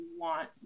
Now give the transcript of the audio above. want